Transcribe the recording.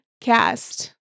cast